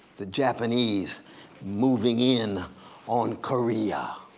the japanese moving in on korea.